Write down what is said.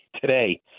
today